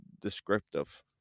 descriptive